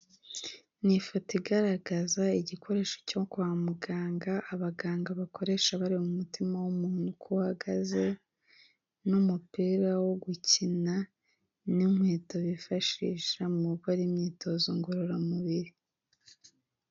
Ni ifoto igaragaza igikoresho cyo kwa muganga abaganga bakoresha bareba mu mutima w'umuntu uko uhagaze, n'umupira wo gukina n'inkweto bifashisha mu gukora imyitozo ngororamubiri.